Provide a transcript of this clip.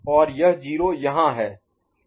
और यह 0 यहाँ है